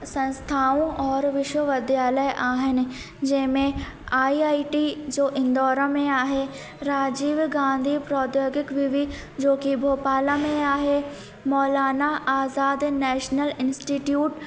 संस्थाऊं और विश्वविद्यालय आहिनि जंहिंमें आईआईटी जो इंदौर में आहे राजीव गांधी प्रौद्योगिक विवि जोकी भोपाल में आहे मौलाना आज़ाद नेशनल इंस्टिट्यूट